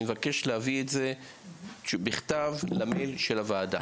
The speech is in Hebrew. אני מבקש להעביר את זה בכתב למייל של הוועדה.